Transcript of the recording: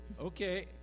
okay